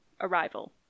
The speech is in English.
arrival